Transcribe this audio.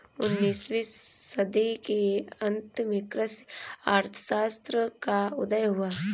उन्नीस वीं सदी के अंत में कृषि अर्थशास्त्र का उदय हुआ